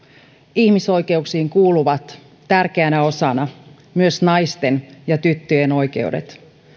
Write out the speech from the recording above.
ihmisoikeuksiin kuuluvat tärkeänä osana myös naisten ja tyttöjen oikeudet